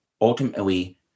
ultimately